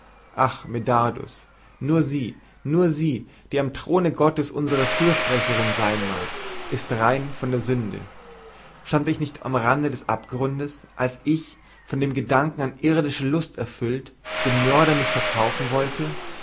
ach medardus nur sie nur sie die am throne gottes unsere fürsprecherin sein mag ist rein von der sünde stand ich nicht am rande des abgrundes als ich von dem gedanken an irdische lust erfüllt dem mörder mich verkaufen wollte